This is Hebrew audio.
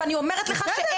ואני אומרת לך,